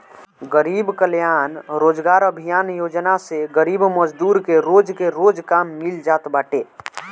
गरीब कल्याण रोजगार अभियान योजना से गरीब मजदूर के रोज के रोज काम मिल जात बाटे